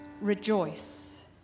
rejoice